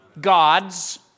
Gods